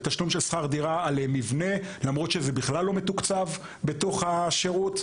תשלום שכר דירה על מבנה למרות שזה בכלל לא מתוקצב בתוך השירות,